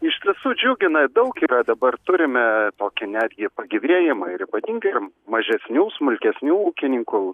iš tiesų džiugina i daug yra dabar turime tokį netgi pagyvėjimą ir ypatingiem mažesnių smulkesnių ūkininkų